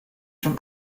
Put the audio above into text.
from